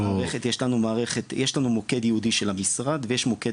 יש לנו מוקד ייעודי של המשרד ויש לנו מוקד